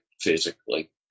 physically